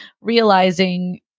realizing